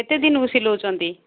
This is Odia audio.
କେତେଦିନରୁ ସିଲଉଛନ୍ତି